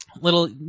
little